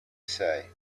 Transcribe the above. say